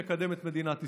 נקדם את מדינת ישראל.